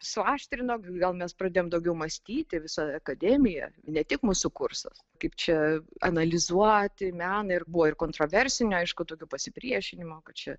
suaštrino gal mes pradėjom daugiau mąstyti visa akademija ne tik mūsų kursas kaip čia analizuoti meną ir buvo ir kontroversinio aišku tokio pasipriešinimo kad čia